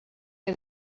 que